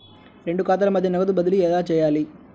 రెండు ఖాతాల మధ్య నగదు బదిలీ ఎలా చేయాలి?